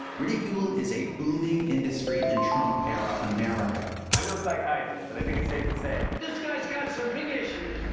ridicule is a booming industry in trump-era america. i'm no psychiatrist, but i think it's safe to say this guy's got some big issues.